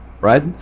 Right